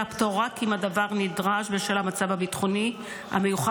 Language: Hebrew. הפטור רק אם הדבר נדרש בשל המצב הביטחוני המיוחד,